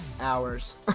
hours